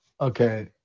Okay